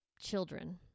children